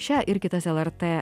šią ir kitas lrt